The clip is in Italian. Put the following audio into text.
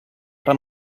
tra